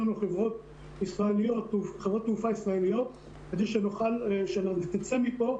לנו חברות תעופה ישראליות כדי שנצא מפה,